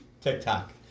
TikTok